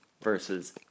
versus